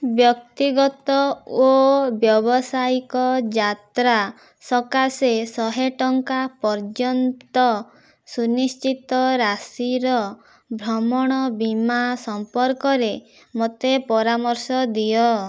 ବ୍ୟକ୍ତିଗତ ଓ ବ୍ୟାବସାୟିକ ଯାତ୍ରା ସକାଶେ ଶହେ ଟଙ୍କା ପର୍ଯ୍ୟନ୍ତ ସୁନିଶ୍ଚିତ ରାଶିର ଭ୍ରମଣ ବୀମା ସମ୍ପର୍କରେ ମୋତେ ପରାମର୍ଶ ଦିଅ